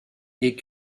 est